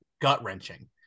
gut-wrenching